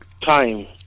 time